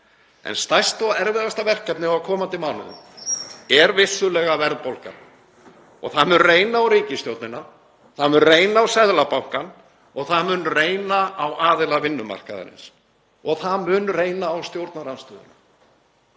Stærsta og erfiðasta verkefni á komandi mánuðum er vissulega verðbólga. Það mun reyna á ríkisstjórnina, það mun reyna á Seðlabankann og það mun reyna á aðila vinnumarkaðarins og það mun reyna á stjórnarandstöðuna.